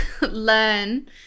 learn